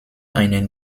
einen